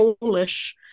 Polish